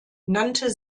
nannte